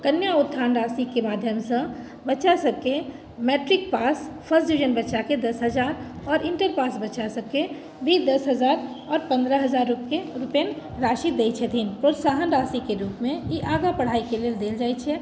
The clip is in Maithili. कन्या उत्थान राशिके माध्यमसँ बच्चा सबके मैट्रिक पास फर्स्ट डिविजन बच्चाके दस हजार आओर इंटर पास बच्चा सबके भी दस हजार आओर पन्द्रह हजार रूपए राशि दै छथिन प्रोत्साहन राशिके रूपमे ई आगा पढ़ाइके लेल देल जाइ छै